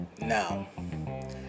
Now